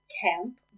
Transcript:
camp